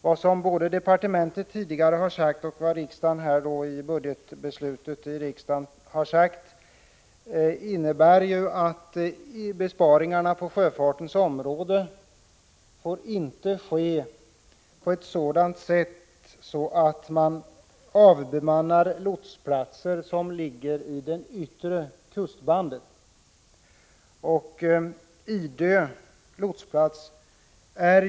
Vad både departementet tidigare har anfört och vad riksdagen har sagt i budgetbeslutet innebär att besparingarna på sjöfartens område inte får ske på ett sådant sätt att lotsplatser som ligger i det yttre kustbandet avbemannas.